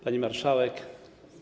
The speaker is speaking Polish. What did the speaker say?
Pani Marszałek!